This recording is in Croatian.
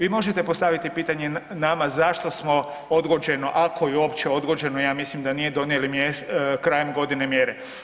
Vi možete postaviti pitanje nama zašto smo odgođeno ako je uopće odgođeno, ja mislim da nije, donijeli krajem godine mjere.